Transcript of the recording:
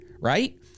right